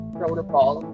protocol